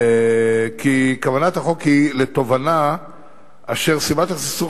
כי כוונת החוק היא לתובענה אשר סיבת הסכסוך